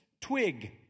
twig